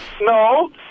No